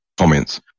comments